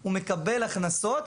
הוא מקבל הכנסות,